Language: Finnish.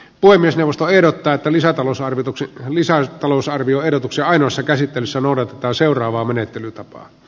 puhemiesneuvosto ehdottaa että lisätalousarvioehdotuksen ainoassa käsittelyssä noudatetaan seuraavaa menettelytapaa